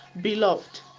Beloved